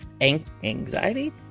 anxiety